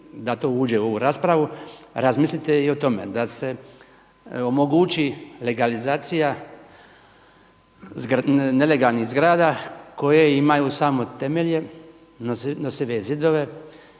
da to uđe u ovu raspravu razmislite i o tome da se omogući legalizacija nelegalnih zgrada koje imaju samo temelje, nosive zidove,